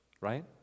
right